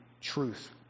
truth